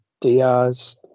Diaz